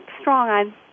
strong